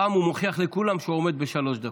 הפעם הוא מוכיח לכולם שהוא עומד בשלוש דקות.